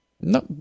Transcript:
No